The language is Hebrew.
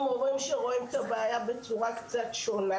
עם מורים שרואים את הבעיה בצורה קצת שונה